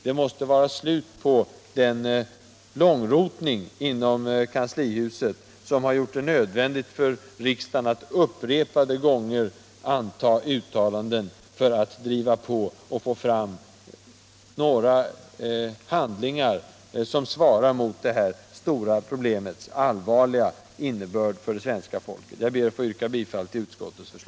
Det måste bli slut på den långrotning inom kanslihuset som har gjort det nödvändigt för riksdagen att upprepade gånger anta uttalanden för att driva på och få fram några handlingar som svarar mot det här stora problemets allvar. Jag ber att få yrka bifall till utskottets förslag.